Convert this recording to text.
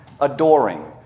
adoring